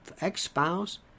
ex-spouse